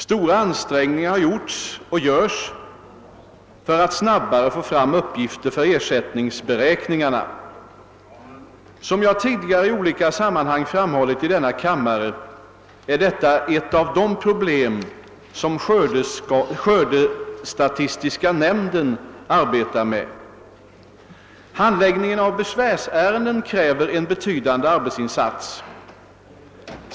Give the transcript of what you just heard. Stora ansträngningar har gjorts och görs för att snabbare få fram uppgifter för ersättningsberäkningarna. Som jag tidigare i olika sammanhang framhållit i denna kammare. är detta ett av de problem som skördestatistiska nämnden arbetar med. Handläggningen av besvärsärender kräver en betydande arbetsinsats.